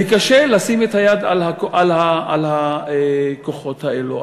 וקשה לשים את היד על הכוחות האלו,